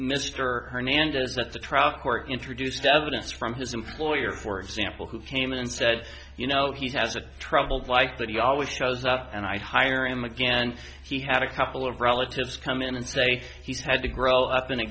court introduced evidence from his employer for example who came in and said you know he has a troubled life but he always shows up and i hire him again and he had a couple of relatives come in and say he's had to grow up in a